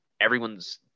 everyone's